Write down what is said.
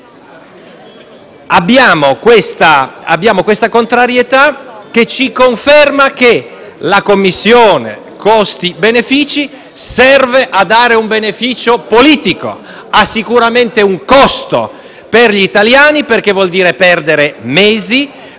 siamo felici - vediamo la conferma che la commissione costi-benefici serve a dare un beneficio politico: ha sicuramente un costo per gli italiani, perché vuol dire perdere mesi